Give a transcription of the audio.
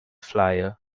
flyer